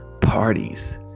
parties